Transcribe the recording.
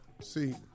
see